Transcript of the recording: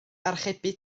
archebu